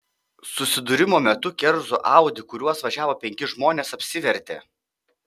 susidūrimo metu kerzų audi kuriuo važiavo penki žmonės apsivertė